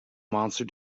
monster